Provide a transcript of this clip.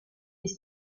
des